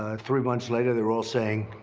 ah three months later, they were all saying,